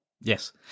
yes